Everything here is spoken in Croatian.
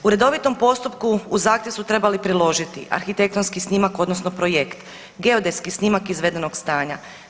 U redovitom postupku uz zahtjev su trebali priložiti arhitektonski snimak odnosno projekt, geodetski snimak izvedenog stanja.